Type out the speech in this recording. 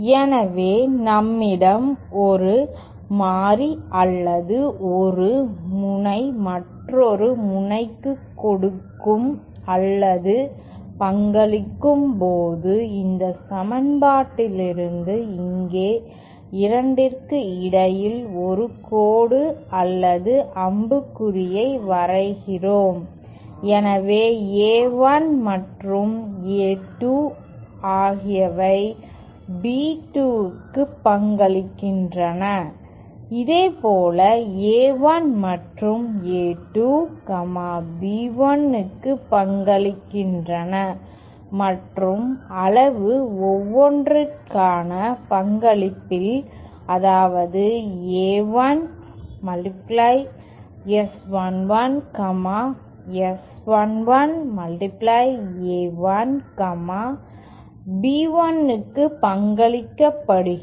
எனவே நம்மிடம் ஒரு மாறி அல்லது ஒரு முனை மற்றொரு முனைக்கு கொடுக்கும் அல்லது பங்களிக்கும் போது இந்த சமன்பாட்டிலிருந்து இங்கே 2 க்கு இடையில் ஒரு கோடு அல்லது அம்புக்குறியை வரைகிறோம் எனவே A1 மற்றும் A2 ஆகியவை B2 க்கு பங்களிக்கின்றன இதேபோல் A1 மற்றும் A2 B1 க்கு பங்களிக்கின்றன மற்றும் அளவு ஒவ்வொன்றிற்கான பங்களிப்பில் அதாவது A1 S 11 S11 A1 B 1 க்கு பங்களிக்கப்படுகிறது